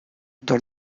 dans